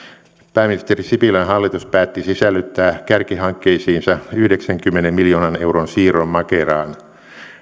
pääministeri sipilän hallitus päätti sisällyttää kärkihankkeisiinsa yhdeksänkymmenen miljoonan euron siirron makeraan